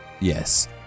yes